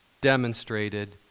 demonstrated